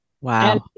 Wow